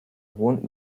hohen